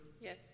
Yes